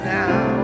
now